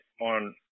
on